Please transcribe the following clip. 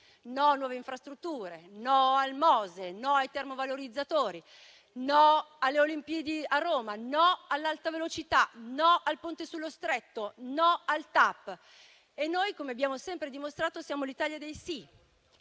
no a nuove infrastrutture, no al Mose, no ai termovalorizzatori, no alle Olimpiadi a Roma, no all'alta velocità, no al Ponte sullo Stretto, no al TAP. Noi, invece - come abbiamo sempre dimostrato - siamo l'Italia dei sì: